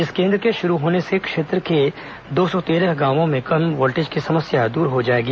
इस केन्द्र के शुरू होने से क्षेत्र के दो सौ तेरह गांवों में कम वोल्टेज की समस्या दूर हो जाएगी